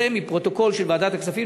זה מפרוטוקול של ועדת הכספים,